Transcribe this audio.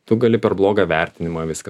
tu gali per blogą vertinimą viską